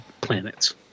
planets